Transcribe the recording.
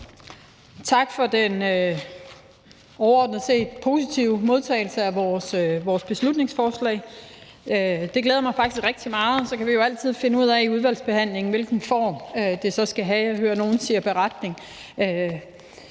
Tak for den overordnet set positive modtagelse af vores beslutningsforslag. Det glæder mig faktisk rigtig meget. Så kan vi jo altid i udvalgsbehandlingen finde ud af, hvilken form det så skal have. Jeg hører nogle sige beretning;